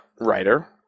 writer